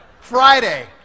Friday